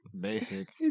Basic